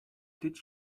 did